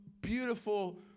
beautiful